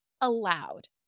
allowed